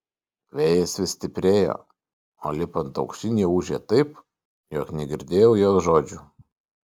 vėjas vis stiprėjo o lipant aukštyn jau ūžė taip jog negirdėjau jos žodžių